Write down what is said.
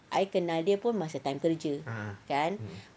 I kenal dia pun masa time kerja